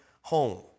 home